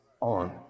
on